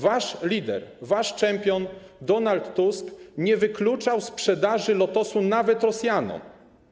Wasz lider, wasz czempion Donald Tusk nie wykluczał sprzedaży Lotosu nawet Rosjanom.